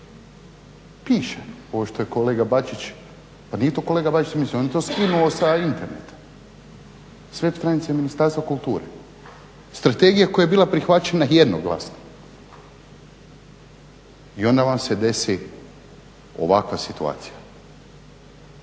Piše, ovo što je kolega Bačić pa nije to kolega Bačić izmislio, on je to skinuo sa interneta sa stranice Ministarstva kulture. Strategija koja je bila prihvaćena jednoglasno. I onda vam se desi ovakva situacija.